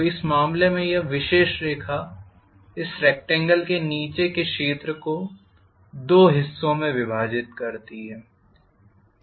तो इस मामले में यह विशेष रेखा इस रेकटेंगल के नीचे के क्षेत्र को दो हिस्सों में विभाजित करती है